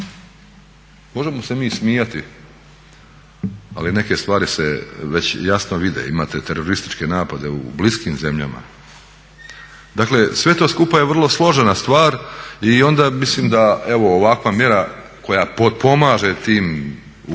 Možemo se mi smijati, ali neke stvari se već jasno vide. Imate terorističke napade u bliskim zemljama. Dakle sve to skupa je vrlo složena stvar i onda mislim da evo ovakva mjera koja potpomaže tim uglavnom